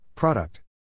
Product